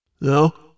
No